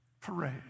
parade